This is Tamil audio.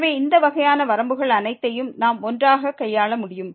எனவே இந்த வகையான வரம்புகள் அனைத்தையும் நாம் ஒன்றாக கையாள முடியும்